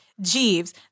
Jeeves